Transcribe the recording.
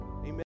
Amen